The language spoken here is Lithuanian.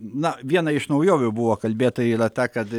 na viena iš naujovių buvo kalbėta yra ta kad